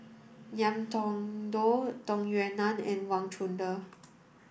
Ngiam Tong Dow Tung Yue Nang and Wang Chunde